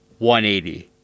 180